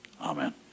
Amen